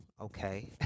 okay